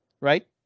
right